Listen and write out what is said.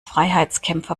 freiheitskämpfer